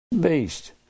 Beast